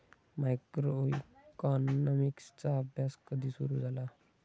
मायक्रोइकॉनॉमिक्सचा अभ्यास कधी सुरु झाला?